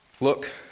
look